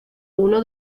uno